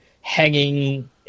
hanging